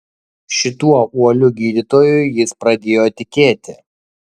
šituo uoliu gydytoju jis pradėjo tikėti